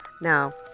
now